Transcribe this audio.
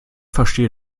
verstehe